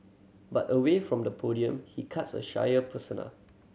but away from the podium he cuts a shyer persona